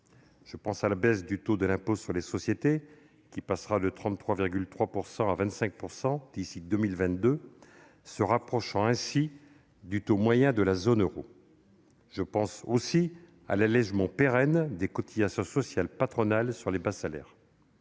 Je pense à la baisse du taux de l'impôt sur les sociétés, qui passera de 33,3 % à 25 % d'ici à 2022, se rapprochant ainsi du taux moyen de la zone euro. Je pense aussi à l'allégement pérenne des cotisations sociales patronales sur les bas salaires.